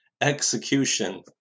execution